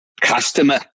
Customer